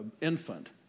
infant